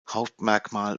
hauptmerkmal